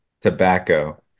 tobacco